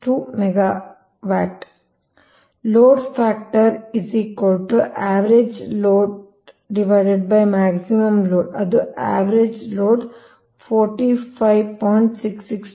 662 megawatt load factor average load maximum load ಅದು average load 45